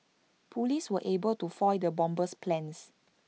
Police were able to foil the bomber's plans